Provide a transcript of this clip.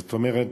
זאת אומרת,